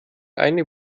eine